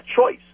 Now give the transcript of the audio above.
choice